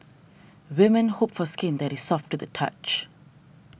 women hope for skin that is soft to the touch